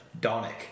Donic